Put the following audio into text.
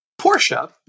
Porsche